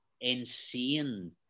insane